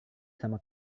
sama